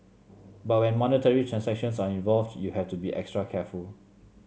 but when monetary transactions are involved you have to be extra careful